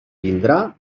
vindrà